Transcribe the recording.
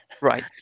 Right